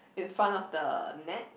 in front of the net